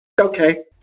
Okay